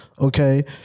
Okay